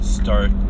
Start